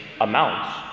amounts